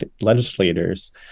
legislators